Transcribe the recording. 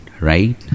Right